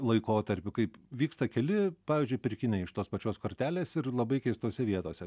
laikotarpiu kaip vyksta keli pavyzdžiui pirkiniai iš tos pačios kortelės ir labai keistose vietose